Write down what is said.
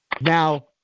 Now